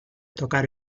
tocar